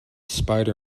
spider